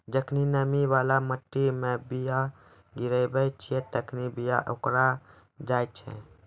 जखनि नमी बाला मट्टी मे बीया गिराबै छिये तखनि बीया ओकराय जाय छै